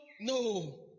no